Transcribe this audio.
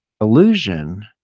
Illusion